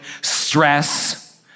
stress